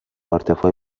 ارتفاع